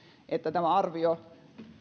tehdään tämä arvio